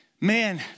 Man